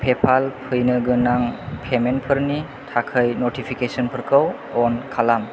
पेप'लाव फैनोगोनां पेमेन्टफोरनि थाखाय नटिफिकेसनफोरखौ अन खालाम